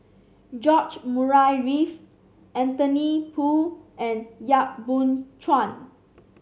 George Murray Reith Anthony Poon and Yap Boon Chuan